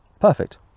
perfect